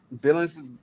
Billing's